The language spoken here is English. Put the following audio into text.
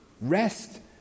Rest